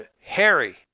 Harry